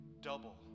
double